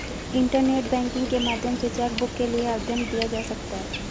internet banking के माध्यम से चैकबुक के लिए आवेदन दिया जा सकता है